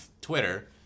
Twitter